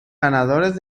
ganadores